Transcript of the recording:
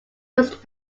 was